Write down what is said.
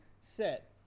set